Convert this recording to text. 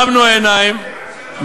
רשות שדות התעופה,